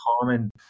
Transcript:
common